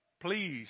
Please